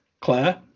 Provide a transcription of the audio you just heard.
Claire